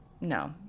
No